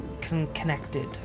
connected